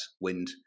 wind